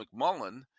McMullen